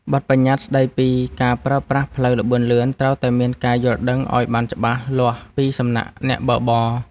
បទប្បញ្ញត្តិស្ដីពីការប្រើប្រាស់ផ្លូវល្បឿនលឿនត្រូវតែមានការយល់ដឹងឱ្យបានច្បាស់លាស់ពីសំណាក់អ្នកបើកបរ។